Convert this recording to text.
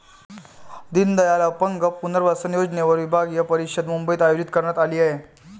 दीनदयाल अपंग पुनर्वसन योजनेवर विभागीय परिषद मुंबईत आयोजित करण्यात आली आहे